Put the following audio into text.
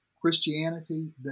Christianity